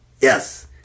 yes